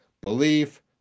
belief